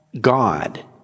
God